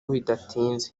bidatinze